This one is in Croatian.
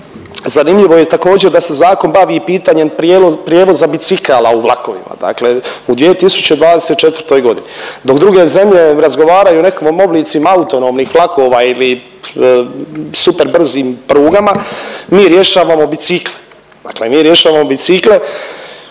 Zanimljivo je također da se zakon bavi i pitanjem prijevoza bicikala u vlakovima, dakle u 2024.g., dok druge zemlje razgovaraju o nekakvim oblicima autonomnih vlakova ili super brzim prugama, mi rješavamo bicikle,